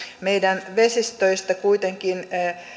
meidän vesistöistämme kuitenkin